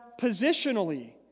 positionally